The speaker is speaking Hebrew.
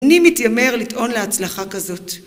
אני מתיימר לטעון להצלחה כזאת.